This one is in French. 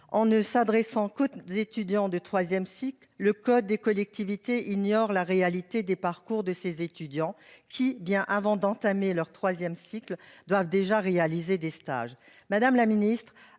en ne s'adressant qu'aux étudiants de troisième cycle, le code général des collectivités territoriales ignore la réalité du parcours de ces étudiants qui, bien avant d'entamer leur troisième cycle, doivent déjà réaliser des stages. Madame la ministre,